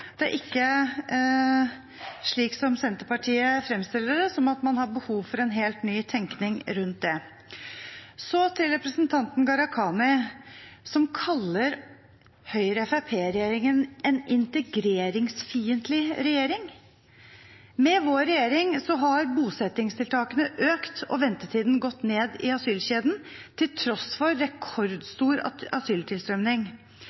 Det er ikke slik Senterpartiet fremstiller det – at man har behov for en helt ny tenkning rundt det. Så til representanten Gharahkhani, som kaller Høyre–Fremskrittsparti-regjeringen en «integreringsfiendtlig regjering»: Med vår regjering har antall bosettingstiltak økt og ventetidene i asylkjeden gått ned, til tross for